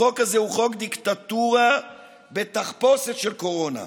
החוק הזה הוא חוק דיקטטורה בתחפושת של קורונה.